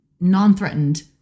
non-threatened